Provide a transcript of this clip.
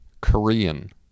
Korean